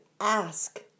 ask